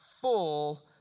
full